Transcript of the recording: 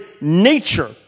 nature